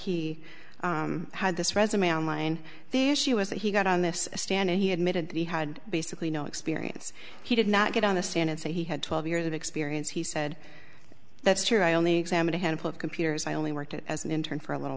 he had this resume online the issue was that he got on this stand he admitted he had basically no experience he did not get on the stand and say he had twelve years of experience he said that's true i only examined a handful of computers i only worked as an intern for a little